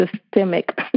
systemic